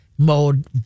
mode